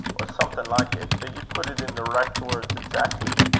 or something like it, but ye put it in the richt words exackly.